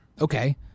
Okay